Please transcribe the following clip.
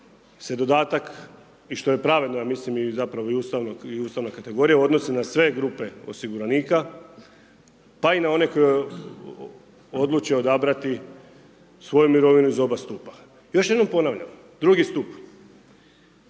se dodatak, i što je pravedno ja mislim, i zapravo i ustavna kategorija, odnosi na sve grupe osiguranika, pa i na one koji odluče odabrati svoju mirovinu iz oba stupa. Još jednom ponavljam, drugi stup,